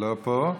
לא פה.